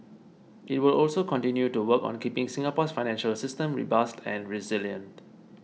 it will also continue to work on keeping Singapore's financial system robust and resilient